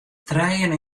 trijen